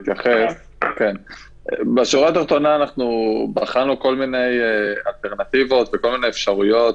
בשורה התחתונה אנחנו בחנו כל מיני אלטרנטיבות ואפשרויות